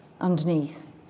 underneath